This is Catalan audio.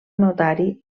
notari